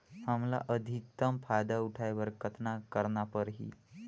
हमला अधिकतम फायदा उठाय बर कतना करना परही?